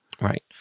right